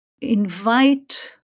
invite